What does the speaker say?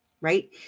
right